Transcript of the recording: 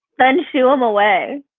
then shoo em away.